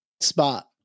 spot